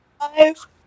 Five